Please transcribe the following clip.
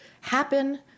happen